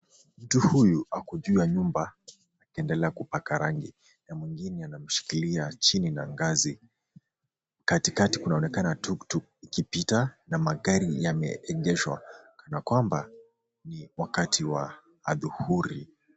Mtu huyu, ako juu ya nyumba akiendelea kupaka rangi na mwengine ameshikilia chini ya ngazi. Katikati kunaonekana tuktuk ikipita na magari yameegeshwa kana kwamba ni wakati wa adhuhuri.